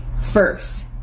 first